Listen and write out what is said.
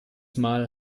mal